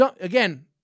again